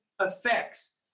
effects